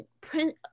print